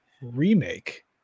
remake